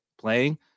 playing